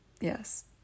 Yes